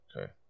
Okay